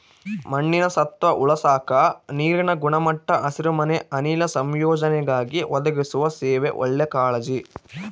ಮಣ್ಣಿನ ಸತ್ವ ಉಳಸಾಕ ನೀರಿನ ಗುಣಮಟ್ಟ ಹಸಿರುಮನೆ ಅನಿಲ ಸಂಯೋಜನೆಗಾಗಿ ಒದಗಿಸುವ ಸೇವೆ ಒಳ್ಳೆ ಕಾಳಜಿ